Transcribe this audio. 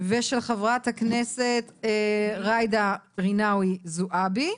ושל חברת הכנסת ג'ידא רינאוי זועבי,